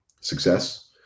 success